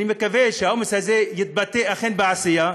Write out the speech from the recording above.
אני מקווה שהאומץ הזה יתבטא בעשייה,